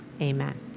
Amen